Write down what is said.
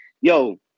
yo